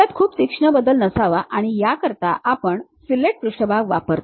त्यात खूप तीक्ष्ण बदल नसावा आणि याकरिता आपण फिलेट पृष्ठभाग वापरतो